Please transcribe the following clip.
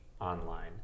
online